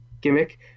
gimmick